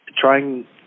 trying